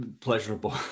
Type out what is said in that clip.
pleasurable